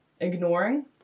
ignoring